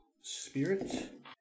spirit